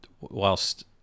whilst